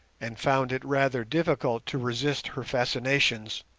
and found it rather difficult to resist her fascinations,